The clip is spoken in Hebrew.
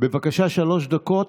דקות.